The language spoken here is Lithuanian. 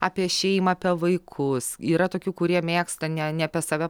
apie šeimą apie vaikus yra tokių kurie mėgsta ne ne apie save